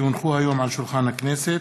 כי הונחו היום על שולחן הכנסת,